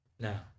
Now